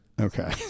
Okay